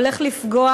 הולך לפגוע,